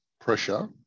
pressure